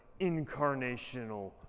incarnational